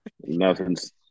nothing's